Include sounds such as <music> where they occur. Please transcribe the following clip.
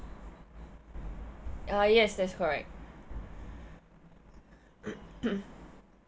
uh yes that's correct <noise>